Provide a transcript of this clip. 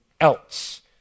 else